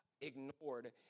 ignored